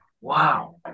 Wow